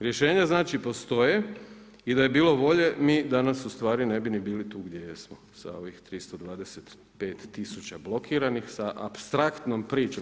Rješenja znači postoje i da je bilo volje mi danas ustvari ne bi ni bili tu gdje jesmo sa ovih 325 000 blokiranih, sa apstraktnom pričom.